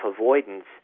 avoidance